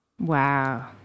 Wow